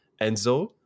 Enzo